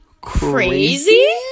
crazy